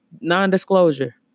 Non-disclosure